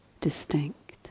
distinct